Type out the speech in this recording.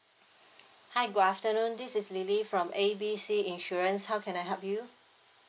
hi good afternoon this is lily from A B C insurance how can I help you